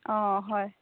অ হয়